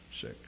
sick